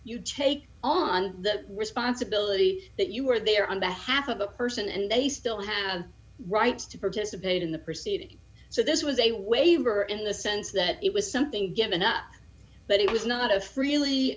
you take on the responsibility that you were there on behalf of the person and they still have rights to participate in the proceeding so this was a waiver in the sense that it was something given up but it was not a freely